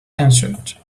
answered